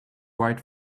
white